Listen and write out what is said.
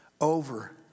over